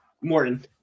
Morton